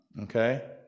okay